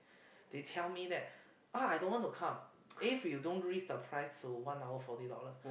they tell me that uh I don't want to come if you don't rise the price to one hour forty dollars